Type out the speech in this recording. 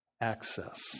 access